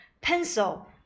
Pencil